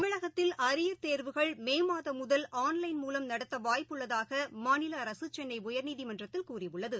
தமிழகத்தில் அரியர் தேர்வுகள் மேமாதம் முதல் ஆன்லைன் மூலம் நடத்தவாய்ப்பு உள்ளதாகமாநிலஅரசுசென்னைஉயர்நீதிமன்றத்தில் கூறியு்ளளது